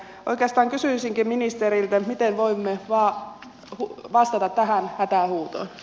oikeastaan kysyisinkin ministeriltä miten voimme vastata tähän hätähuutoon